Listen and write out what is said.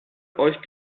euch